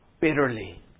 bitterly